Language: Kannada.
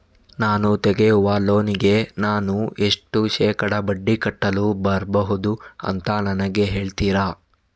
ನಾನು ತೆಗಿಯುವ ಲೋನಿಗೆ ನಾನು ಎಷ್ಟು ಶೇಕಡಾ ಬಡ್ಡಿ ಕಟ್ಟಲು ಬರ್ಬಹುದು ಅಂತ ನನಗೆ ಹೇಳ್ತೀರಾ?